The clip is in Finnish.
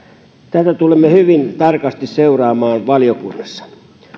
tätä tulemme hyvin tarkasti seuraamaan valiokunnassa